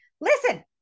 listen